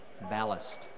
Ballast